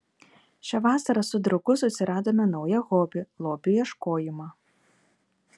šią vasarą su draugu susiradome naują hobį lobių ieškojimą